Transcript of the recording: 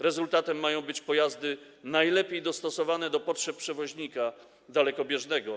Rezultatem mają być pojazdy najlepiej dostosowane do potrzeb przewoźnika dalekobieżnego.